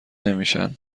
نمیشن